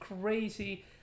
crazy